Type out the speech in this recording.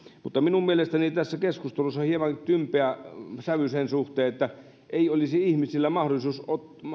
mutta minun mielestäni tässä keskustelussa on hieman tympeä sävy sen suhteen että ei olisi ihmisillä mahdollisuutta